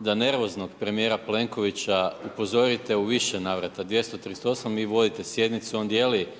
da nervoznog premijera Plenkovića upozorite u više navrata, 238, vi vodite sjednicu, on dijeli